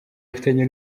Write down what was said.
afitanye